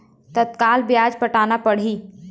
कतका ब्याज पटाना पड़ही?